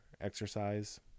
exercise